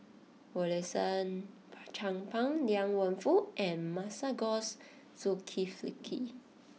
Rosaline Chan Pang Liang Wenfu and Masagos Zulkifli